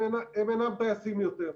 הם אינם טייסים יותר.